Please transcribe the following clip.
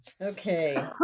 okay